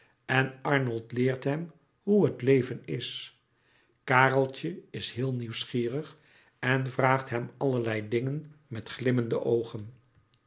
en arnold leert hem hoe het leven is kareltje is heel nieuwsgierig en vraagt hem allerlei dingen met glimmende oogen